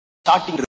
starting